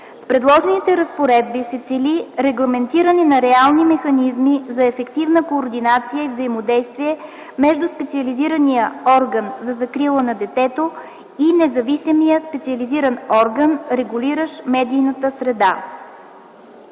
С предложените разпоредби се цели регламентиране на реални механизми за ефективна координация и взаимодействие между специализирания орган за закрила на детето и независимия специализиран орган, регулиращ медийната среда.